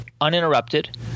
uninterrupted